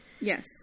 Yes